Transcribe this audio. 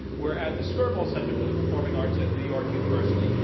we're at the skirball center for the performing arts at new york university.